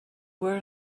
were